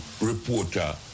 reporter